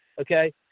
Okay